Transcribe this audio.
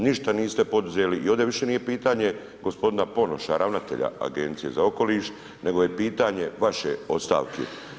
Ništa niste poduzeli i ovdje više nije pitanje g. Ponoša, ravnatelja Agencije za okoliš, nego je pitanje vaše ostavke.